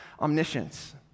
omniscience